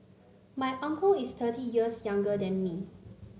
my uncle is thirty years younger than me